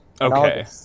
Okay